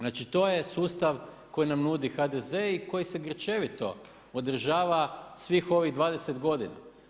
Znači to je sustav koji nam nudi HDZ i koji se grčevito održava svih ovih 20 godina.